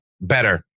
better